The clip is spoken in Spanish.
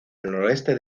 noroeste